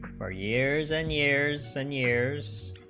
or years and years and years,